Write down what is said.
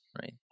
right